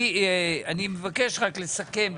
אני מבקש רק לסכם.